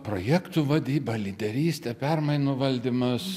projektų vadyba lyderystė permainų valdymas